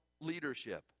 leadership